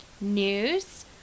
news